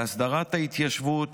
להסדרת ההתיישבות,